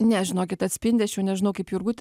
ne žinokit atspindi aš jau nežinau kaip jurgut